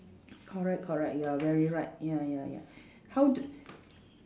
correct correct you are very right ya ya ya how do